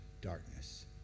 darkness